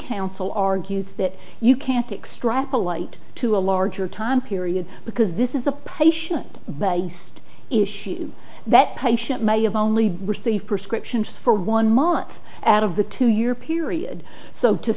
counsel argues that you can't extract a light to a larger time period because this is a patient that you issue that patient may have only received prescriptions for one month at of the two year period so to